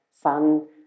fun